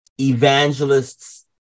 evangelists